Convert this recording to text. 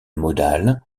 modale